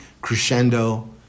crescendo